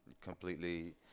completely